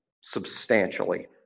Substantially